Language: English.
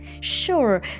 sure